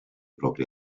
propri